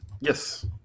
Yes